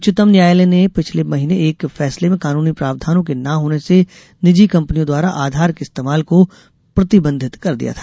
उच्चतम न्यायालय ने पिछले महीने एक फैसले में कानूनी प्रावधानों के न होने से निजी कंपनियों द्वारा आधार के इस्तेमाल को प्रतिबंधित कर दिया था